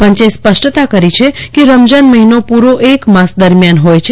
પંચ સ્પષ્ટતા કરી છે કે રમઝાન મહિનો પૂરો એક માસ દરમિયાન હોય છે